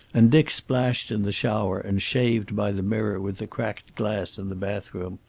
and dick splashed in the shower, and shaved by the mirror with the cracked glass in the bathroom.